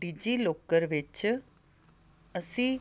DigiLocker ਵਿੱਚ ਅਸੀਂ